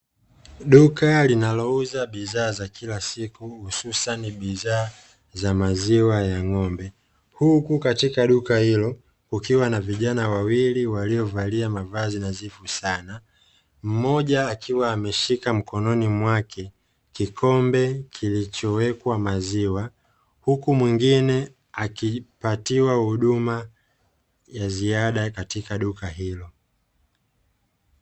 Duka linalouza bidhaa za kila siku hususan bidhaa za maziwa ya ng'ombe. Huku katika duka hilo kukiwa na vijana wawili waliovalia mavazi nadhifu sana, mmoja akiwa ameshika mkononi mwake kikombe kilichowekwa maziwa, huku mwingine akipatiwa huduma ya ziada katika duka hilo.